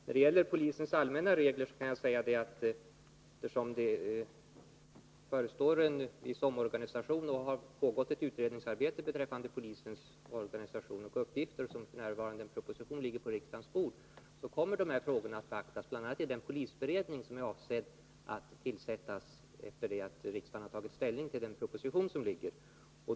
När det gäller polisens allmänna regler kan jag säga att eftersom det förestår en viss omorganisation och eftersom det har pågått ett utredningsarbete beträffande polisens organisation och uppgifter — en proposition härom ligger f. n. på riksdagens bord — så kommer dessa frågor att beaktas, bl.a. i den polisberedning som är avsedd att tillsättas efter det att riksdagen har tagit ställning till den föreliggande propositionen.